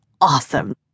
awesome